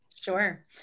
Sure